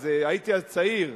אז הייתי צעיר,